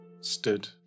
stood